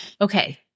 Okay